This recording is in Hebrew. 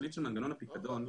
התכלית של מנגנון הפיקדון,